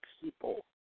people